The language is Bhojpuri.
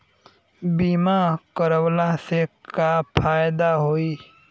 बीमा करवला से का फायदा होयी?